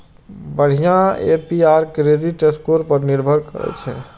बढ़िया APR credit score पर निर्भर करै छै